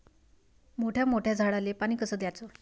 मोठ्या मोठ्या झाडांले पानी कस द्याचं?